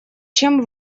чем